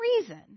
reason